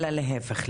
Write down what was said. אלא להפך לפעמים.